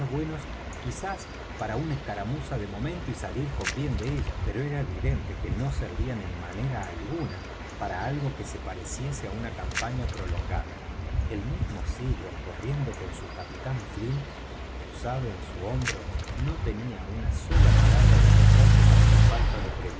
buenos quizás para una escaramuza de momento y salir con bien en ella pero era evidente que no servían en manera alguna para algo que se pareciese á una campaña prolongada el mismo silver corriendo con su capitán flint posado en su hombro no tenía una sola palabra de reproche para su falta de